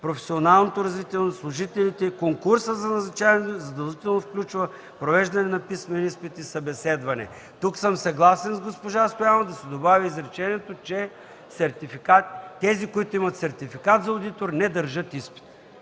професионално развитие на служителите. Конкурсът задължително включва провеждане на писмен изпит и събеседване. Тук съм съгласен с госпожа Стоянова – да се добави изречението, че тези, които имат сертификат за одитор, не държат изпит.